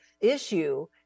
issue